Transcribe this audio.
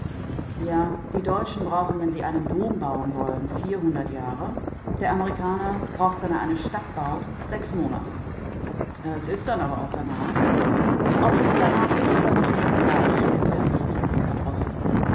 ja die deutschen brauchen wenn sie einen dom bauen wollen vierhundert jahre der amerikaner braucht wenn er eine stadt baut sechs monate es ist dann aber auch danach ob es danach ist oder nicht ist gleich erwiderte stefenson verdrossen